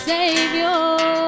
Savior